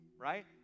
right